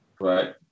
Right